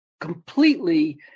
completely